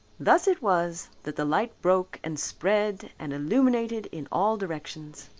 thus it was that the light broke and spread and illuminated in all directions.